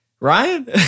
Ryan